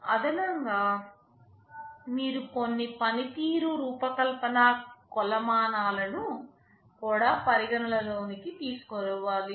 అదనంగా మీరు కొన్ని పనితీరు రూపకల్పన కొలమానాలనుకూడా పరిగణన లోనికి తీసుకోవాలి